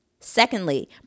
Secondly